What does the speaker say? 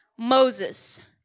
Moses